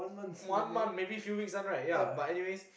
one month maybe few weeks one right ya but anyways